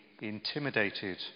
intimidated